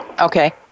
Okay